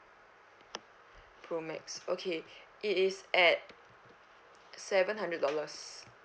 pro max okay it is at seven hundred dollars